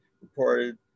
reported